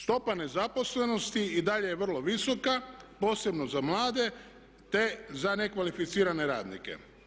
Stopa nezaposlenosti i dalje je vrlo visoka posebno za mlade te za nekvalificirane radnike.